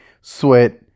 sweat